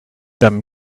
them